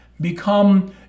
become